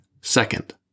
Second